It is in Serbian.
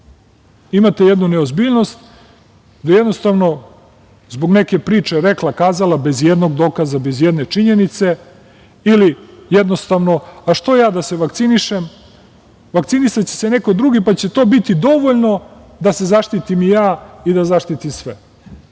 imate jednu neozbiljnost da jednostavno zbog neke priče - rekla kazala bez ijednog dokaza, bez ijedne činjenice ili jednostavno - što ja da se vakcinišem, vakcinisaće se neko drugi, pa će to biti dovoljno da se zaštitim i ja i da zaštiti